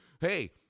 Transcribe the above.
hey